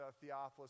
Theophilus